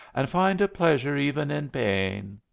and find a pleasure even in pain.